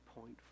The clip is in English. point